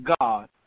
God